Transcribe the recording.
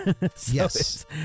Yes